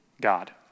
God